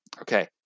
Okay